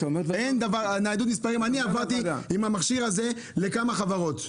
אני עברתי עם המספר הכשר שלי לכמה חברות.